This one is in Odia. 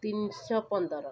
ତିନିଶହ ପନ୍ଦର